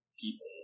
people